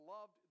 loved